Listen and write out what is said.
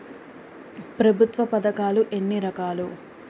ప్రభుత్వ పథకాలు ఎన్ని రకాలు?